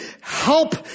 help